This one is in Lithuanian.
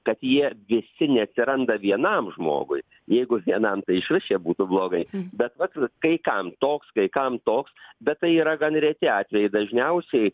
kad jie visi neatsiranda vienam žmogui jeigu vienam tai išvis čia būtų blogai bet vat vat kai kam toks kai kam toks bet tai yra gan reti atvejai dažniausiai